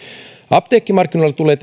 apteekkimarkkinoilla tulee